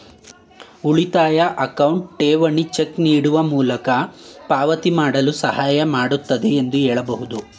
ಉಳಿತಾಯ ಅಕೌಂಟ್ ಠೇವಣಿ ಚೆಕ್ ನೀಡುವ ಮೂಲಕ ಪಾವತಿ ಮಾಡಲು ಸಹಾಯ ಮಾಡುತ್ತೆ ಎಂದು ಹೇಳಬಹುದು